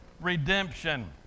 redemption